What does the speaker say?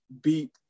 beat